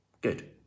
good